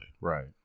Right